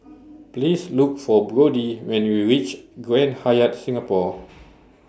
Please Look For Brodie when YOU REACH Grand Hyatt Singapore